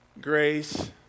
Grace